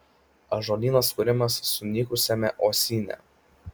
ąžuolynas kuriamas sunykusiame uosyne